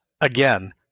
Again